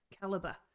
caliber